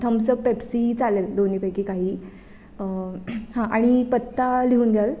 Thums Up Pepsi चालेल दोन्ही पैकी काही हां आणि पत्ता लिहून घ्याल